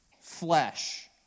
flesh